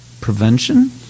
prevention